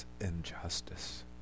injustice